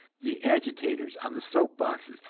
the agitators on the soap-boxes,